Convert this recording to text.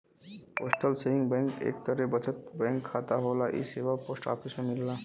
postal saving bank एक तरे बचत बैंक खाता होला इ सेवा पोस्ट ऑफिस में मिलला